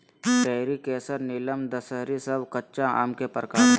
पयरी, केसर, नीलम, दशहरी सब कच्चा आम के प्रकार हय